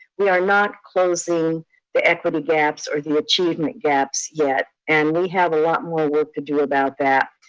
we are not closing the equity gaps or the achievement gaps yet, and we have a lot more work to do about that.